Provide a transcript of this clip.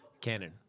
canon